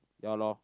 ya lor